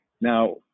Now